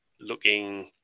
looking